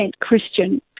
Christian